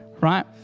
right